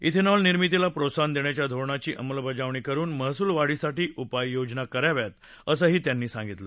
इथेनॉलनिर्मितीला प्रोत्साहन देण्याच्या धोरणाची अंमलबजावणी करुन महसूलवाढीसाठी उपाययोजना कराव्यात असंही त्यांनी सांगितलं